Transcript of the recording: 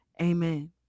amen